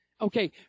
Okay